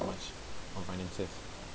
much on finances